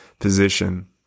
position